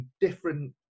different